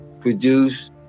produce